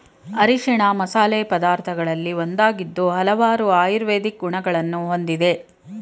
ಅರಿಶಿಣ ಮಸಾಲೆ ಪದಾರ್ಥಗಳಲ್ಲಿ ಒಂದಾಗಿದ್ದು ಹಲವಾರು ಆಯುರ್ವೇದಿಕ್ ಗುಣಗಳನ್ನು ಹೊಂದಿದೆ